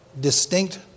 distinct